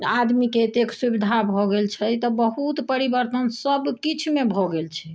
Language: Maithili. आदमीके अतेक सुविधा भऽ गेल छै तऽ बहुत परिवर्तन सभ किछुमे भऽ गेल छै